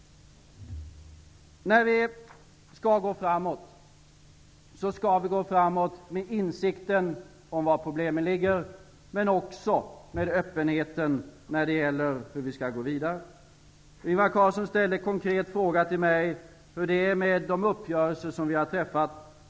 När vi skall gå framåt skall vi gå framåt med insikten om var problemen ligger, men också med öppenheten om hur vi skall gå vidare. Ingvar Carlsson ställde en konkret fråga till mig om hur det förhåller sig med de uppgörelser som vi har träffat.